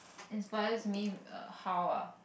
inspires me how ah